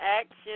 action